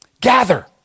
Gather